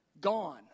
Gone